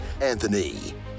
Anthony